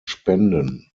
spenden